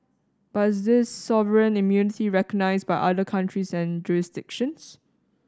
but is this sovereign immunity recognised by other countries and jurisdictions